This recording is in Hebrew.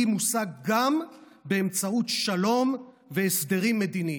מושג גם באמצעות שלום והסדרים מדיניים.